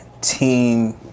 team